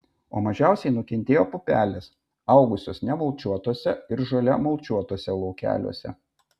o mažiausiai nukentėjo pupelės augusios nemulčiuotuose ir žole mulčiuotuose laukeliuose